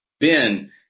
Ben